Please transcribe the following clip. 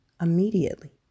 immediately